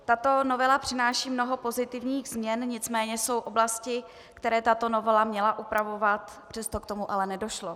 Tato novela přináší mnoho pozitivních změn, nicméně jsou oblasti, které tato novela měla upravovat, přesto k tomu ale nedošlo.